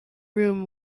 room